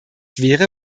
wäre